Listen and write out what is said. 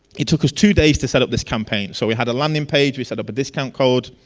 it took us two days to set up this campaign, so we had a landing page, we set up but discount code.